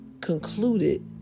concluded